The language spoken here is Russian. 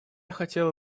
хотела